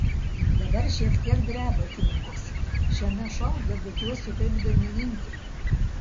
dabar šiek tiek dreba kinkos šiame šou debiutuosiu kaip dainininkė